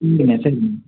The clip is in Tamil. ம் சரிங்கண்ணே